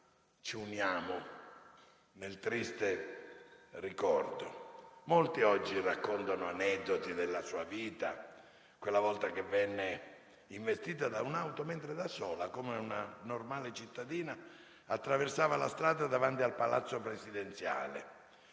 ci uniamo nel triste ricordo. Molti oggi raccontano aneddoti della sua vita; quella volta che venne investita da un'auto, mentre da sola, come una normale cittadina, attraversava la strada davanti al Palazzo presidenziale,